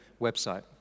website